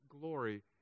glory